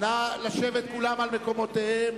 נא לשבת כולם על מקומותיהם,